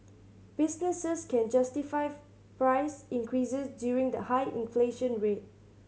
businesses can justify price increases during the high inflation rate